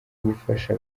gufasha